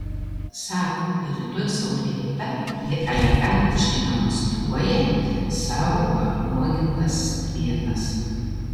sako rytoj saulėta ir elegantiškai demonstruoja savo apnuogintas strėnas